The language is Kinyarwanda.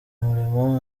umurimo